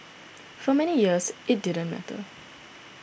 for many years it didn't matter